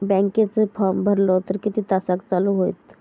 बँकेचो फार्म भरलो तर किती तासाक चालू होईत?